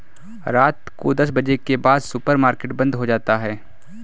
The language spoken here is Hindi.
रात को दस बजे के बाद सुपर मार्केट बंद हो जाता है